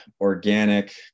organic